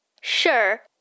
Sure